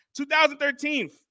2013